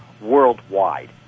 worldwide